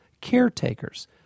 caretakers